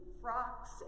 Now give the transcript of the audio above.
frocks